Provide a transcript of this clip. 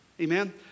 amen